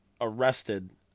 arrested